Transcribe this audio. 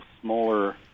smaller –